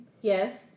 yes